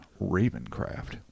Ravencraft